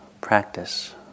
practice